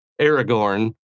Aragorn